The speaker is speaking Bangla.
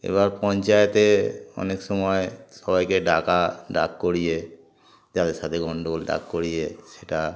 এবার পঞ্চায়েতে অনেক সময় সবাইকে ডাকা ডাক করিয়ে যাদের সাথে গণ্ডগোল ডাক করিয়ে সেটা